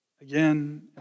again